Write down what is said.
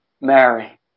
Mary